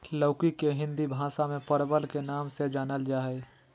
लौकी के हिंदी भाषा में परवल के नाम से जानल जाय हइ